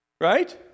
Right